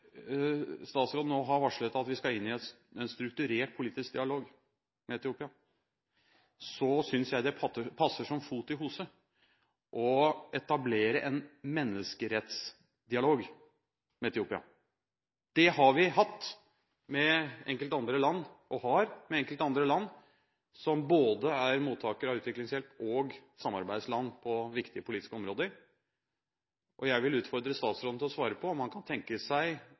statsråden nå har varslet at vi skal inn i en strukturert politisk dialog med Etiopia, synes jeg det passer som fot i hose å etablere en menneskerettsdialog med Etiopia. Det har vi hatt, og har, med enkelte andre land, som er både mottakere av utviklingshjelp og samarbeidsland på viktige politiske områder. Jeg vil utfordre statsråden til å svare på om han kan tenke seg